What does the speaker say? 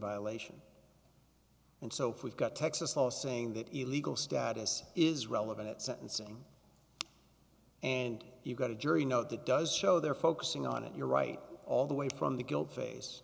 violation and so we've got texas law saying that illegal status is relevant at sentencing and you've got a jury note that does show they're focusing on it you're right all the way from the guilt